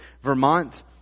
Vermont